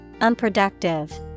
unproductive